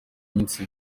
iminsi